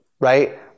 right